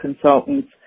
consultants